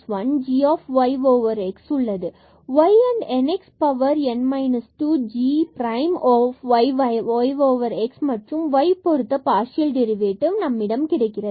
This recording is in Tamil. y and n x power n minus 2 g prime y x மற்றும் y பொருத்த பார்சியல் டெரிவேடிவ் மீண்டுமாக நம்மிடம் கிடைக்கிறது